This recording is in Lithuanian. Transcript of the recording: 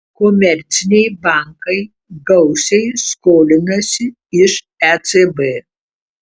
komerciniai bankai gausiai skolinasi iš ecb